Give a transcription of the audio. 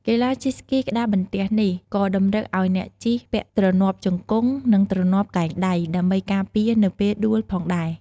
កីឡាជិះស្គីក្ដារបន្ទះនេះ ក៏តម្រូវឱ្យអ្នកជិះពាក់ទ្រនាប់ជង្គង់ និង ទ្រនាប់កែងដៃ ដើម្បីការពារនៅពេលដួលផងដែរ។